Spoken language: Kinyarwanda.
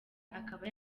akaba